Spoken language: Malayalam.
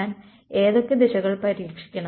ഞാൻ ഏതൊക്കെ ദിശകൾ പ്രതീക്ഷിക്കണം